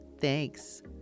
Thanks